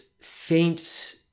faint